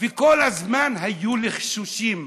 וכל הזמן היו לחשושים,